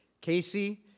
Casey